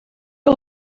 que